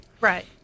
right